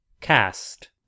Cast